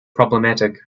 problematic